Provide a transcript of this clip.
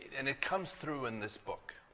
and it comes through in this book.